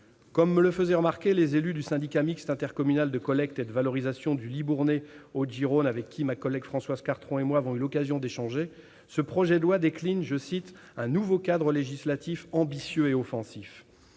Comme me le faisaient remarquer les élus du Syndicat mixte intercommunal de collecte et de valorisation du Libournais Haute-Gironde, avec qui ma collègue Françoise Cartron et moi-même avons eu l'occasion d'échanger, ce projet de loi décline un « nouveau cadre législatif ambitieux et offensif ».